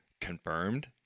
confirmed